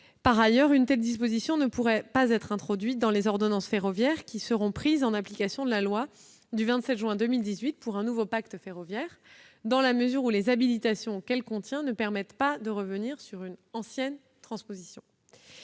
Par ailleurs, une telle disposition ne pourrait pas être introduite dans les ordonnances « ferroviaires » qui seront prises en application de la loi du 27 juin 2018 pour un nouveau pacte ferroviaire, dans la mesure où les habilitations que cette dernière contient ne permettent pas de revenir sur une ancienne transposition.